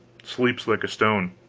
sleeps like a stone.